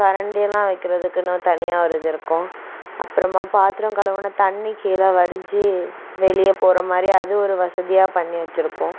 கரண்டி எல்லாம் வைக்கிறதுக்குன்னு தனியாக ஒரு இது இருக்கும் அப்புறமா பாத்திரம் கழுவுன தண்ணி கீழே வடிஞ்சு வெளியே போகிற மாதிரி அது ஒரு வசதியாக பண்ணி வச்சிருக்கோம்